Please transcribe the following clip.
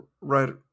right